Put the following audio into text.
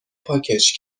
پاکش